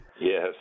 Yes